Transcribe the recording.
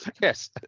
Yes